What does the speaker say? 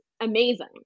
amazing